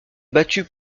battues